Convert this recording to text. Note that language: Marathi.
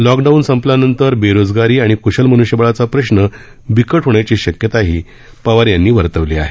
लॉकडाऊन संपल्यानंतर बेरोजगारी आणि कृशल मन्ष्यबळाचा प्रश्न बिकट होण्याची शक्यताही पवार यांनी वर्तवली आहे